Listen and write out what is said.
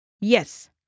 Yes